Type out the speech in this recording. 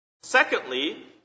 Secondly